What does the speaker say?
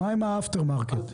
מה עם ה-after market?